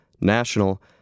national